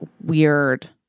weird